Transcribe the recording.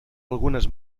algunes